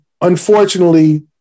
unfortunately